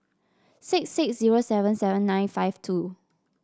six six zero seven seven nine five two